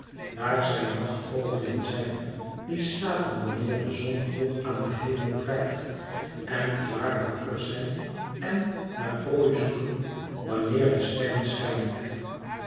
daar zij nachtvogelen zijn die slapen wanneer de zon hoog aan den hemel prijkt en klaar wakker zijn en naar prooi zoeken wanneer de sterren schijnen